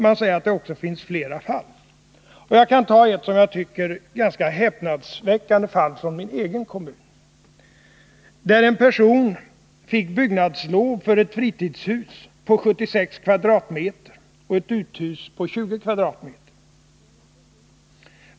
Man säger också att det finns flera fall. Jag kan ta ett, som jag tycker, ganska häpnadsväckande fall från min egen kommun, där en person fick byggnadslov för ett fritidshus på 76 m? och ett uthus på 20 m?.